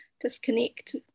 disconnect